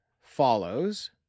follows